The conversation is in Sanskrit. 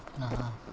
पुनः